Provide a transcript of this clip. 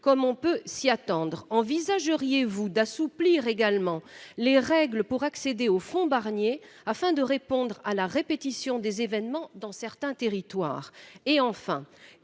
comme on peut s’y attendre ? Envisageriez vous d’assouplir les règles d’accès au fonds Barnier, afin de répondre à la répétition des événements dans certains territoires ? Quelles